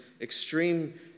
extreme